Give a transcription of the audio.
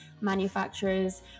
manufacturers